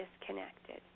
disconnected